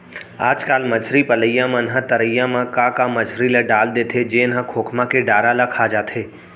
आजकल मछरी पलइया मन ह तरिया म का का मछरी ल डाल देथे जेन ह खोखमा के डारा ल खा जाथे